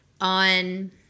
on